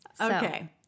Okay